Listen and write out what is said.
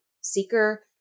seeker